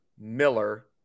Miller